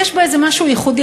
יש בה איזה משהו ייחודי.